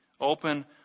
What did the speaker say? open